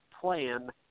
plan